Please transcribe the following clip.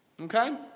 Okay